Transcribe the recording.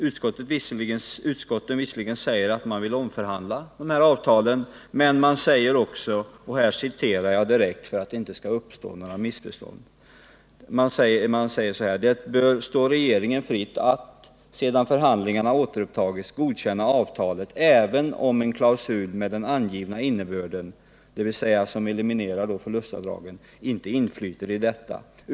Utskottet säger visserligen att man bör omförhandla avtalet men också — och här citerar jag direkt för att det inte skall uppstå några missförstånd: ”Det bör stå regeringen fritt att, sedan förhandlingarna återupptagits, godkänna avtalet även om en klausul med den angivna innebörden” — dvs. som eliminerar förlustavdragen - ”inte inflyter i detta.